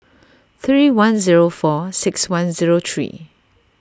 three one zero four six one zero three